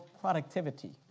productivity